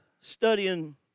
Studying